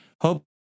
Hope